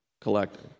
collecting